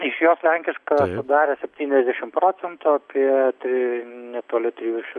iš jos lenkiška darė septyniasdešim procentų apie te netoli trijų šim